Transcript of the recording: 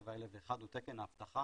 27001, הוא תקן האבטחה